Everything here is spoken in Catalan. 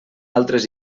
altres